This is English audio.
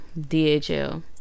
dhl